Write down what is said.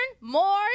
more